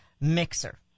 mixer